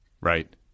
Right